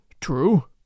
True